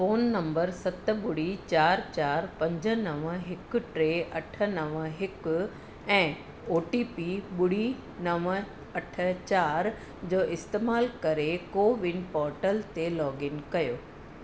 phone number सत ॿुड़ी चारि चारि पंज नव हिकु टे अठ नव हिकु ऐं ओ टी पी ॿुड़ी नव अठ चारि जो इस्तेमालु करे को विन पोर्टल ते लोगइन कयो